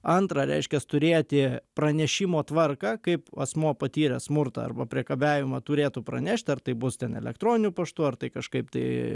antra reiškias turėti pranešimo tvarką kaip asmuo patyręs smurtą arba priekabiavimą turėtų pranešt ar tai bus ten elektroniniu paštu ar tai kažkaip tai